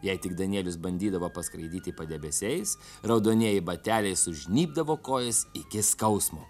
jei tik danielius bandydavo paskraidyti padebesiais raudonieji bateliai sužnybdavo kojas iki skausmo